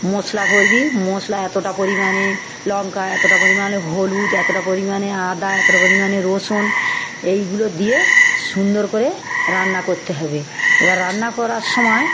মশলা করবি মশলা এতটা পরিমাণে লঙ্কা এতটা পরিমাণে হলুদ এতটা পরিমাণে আদা এতটা পরিমাণে রসুন এইগুলো দিয়ে সুন্দর করে রান্না করতে হবে এবার রান্না করার সময়